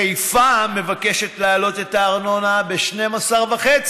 חיפה מבקשת להעלות את הארנונה ב-12.5%,